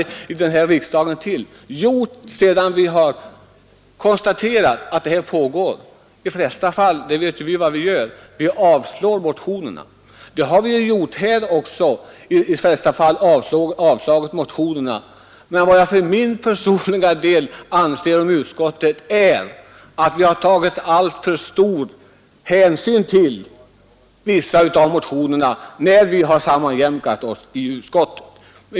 Jo, alla här i riksdagen känner till att vi, sedan vi konstaterat vilket arbete som pågår, skulle avstyrkt motionerna. Det har näringsutskottet också gjort i detta fall, men jag anser för min personliga del att vi har tagit alltför stor hänsyn till vissa av motionerna när vi sammanjämkat oss i utskottet.